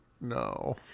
No